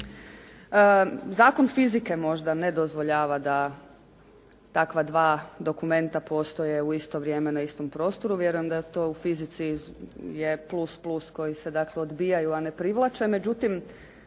zakon fizike možda ne dozvoljava da takva dva dokumenta postoje u isto vrijeme na istom prostoru. Vjerujem da to u fizici je plus, plus koji se dakle odbijaju a ne privlače.